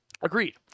Agreed